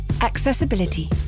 accessibility